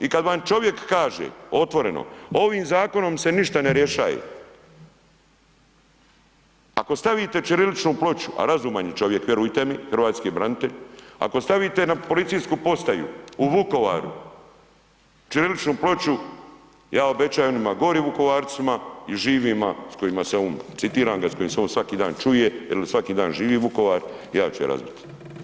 I kad vam čovjek kaže otvoreno ovim zakonom se ništa ne rješava, ako stavite ćiriličnu ploču a razuman je čovjek, vjerujte mi, hrvatski je branitelj, ako stavite na policijsku postaju u Vukovaru ćiriličnu ploču ja obećajem onim gore Vukovarcima i živima s kojima se on, citiram ga s kojima se on svaki dan čuje jer svaki dan živi Vukovar, ja ću je razbiti.